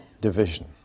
division